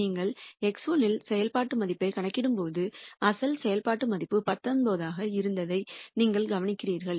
நீங்கள் x1 இல் செயல்பாட்டு மதிப்பைக் கணக்கிடும்போது அசல் செயல்பாட்டு மதிப்பு 19 ஆக இருந்ததை நீங்கள் கவனிக்கிறீர்கள்